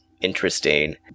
interesting